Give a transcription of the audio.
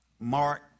Mark